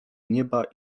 nieba